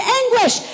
anguish